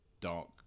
Dark